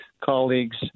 colleagues